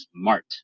smart